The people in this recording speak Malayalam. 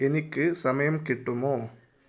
എനിക്ക് സമയം കിട്ടുമോ